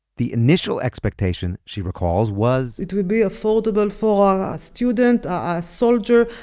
the initial expectation, she recalls, was, it would be affordable for a student, a soldier,